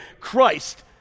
Christ